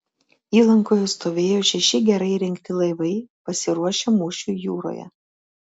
įlankoje stovėjo šeši gerai įrengti laivai pasiruošę mūšiui jūroje